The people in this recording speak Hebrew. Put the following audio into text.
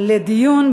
התשע"ד 2013,